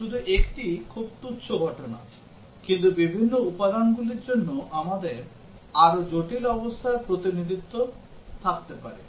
শুধু একটি খুব তুচ্ছ ঘটনা কিন্তু বিভিন্ন উপাদানগুলির জন্য আমাদের আরো জটিল অবস্থার প্রতিনিধিত্ব থাকতে পারে